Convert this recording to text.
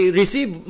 receive